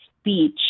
speech